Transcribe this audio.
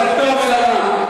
לטוב ולרע,